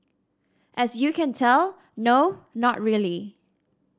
as you can tell no not really